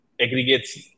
aggregates